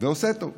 ועושה טוב: